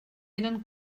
eren